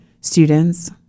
students